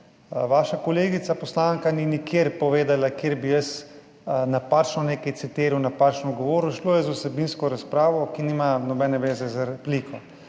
vaša kolegica poslanka ni nikjer povedala, kjer bi jaz napačno nekaj citiral, napačno govoril, šlo je za vsebinsko razpravo, ki nima nobene veze z repliko